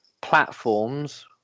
platforms